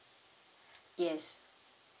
yes